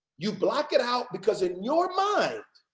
you block it out because in your mind,